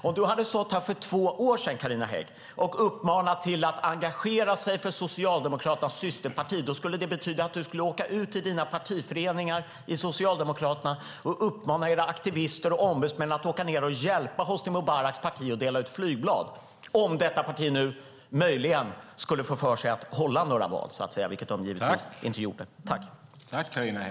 Om du hade stått här för två år sedan, Carina Hägg, och uppmanat till att engagera sig för Socialdemokraternas systerparti skulle det betyda att du hade åkt ut till dina partiföreningar i Socialdemokraterna och uppmanat era aktivister och ombudsmän att åka ned och hjälpa Hosni Mubaraks parti att dela ut flygblad - om detta parti nu möjligen skulle ha fått för sig att hålla några val, vilket de givetvis inte gjorde.